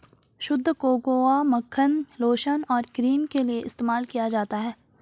शुद्ध कोकोआ मक्खन लोशन और क्रीम के लिए इस्तेमाल किया जाता है